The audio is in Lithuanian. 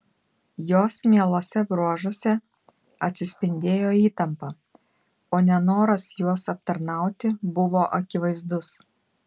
jos mieluose bruožuose atsispindėjo įtampa o nenoras juos aptarnauti buvo akivaizdus